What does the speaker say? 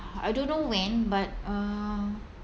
I don't know when but uh